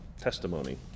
testimony